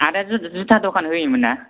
आदाया जुथा दखान होयोमोन ना